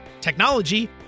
technology